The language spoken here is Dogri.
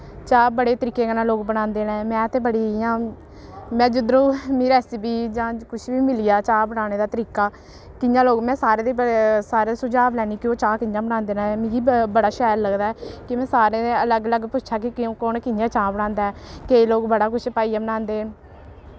चाह् बड़े तरीके कन्नै लोग बनांदे न में ते बड़ी इ'यां में जिद्दरों मी रैसिपी जां कुछ बी मिली जा चाह् बनाने दा तरीका कि'यां लोक में सारें दे बड़े सारें दे सुझाव लैन्नी कि ओह् चाह् कि'यां बनांदे न मिगी बड़ा शैल लगदा ऐ कि में सारें दे अलग अलग पुच्छां कि कु'न कि'यां चाह् बनांदा ऐ केईं लोग बड़ा कुछ पाइयै बनांदे न